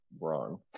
wrong